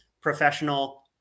professional